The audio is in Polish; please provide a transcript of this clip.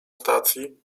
stacji